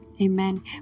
Amen